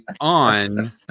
on